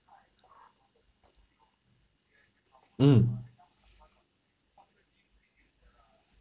mm